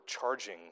charging